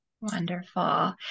Wonderful